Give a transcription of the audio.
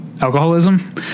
alcoholism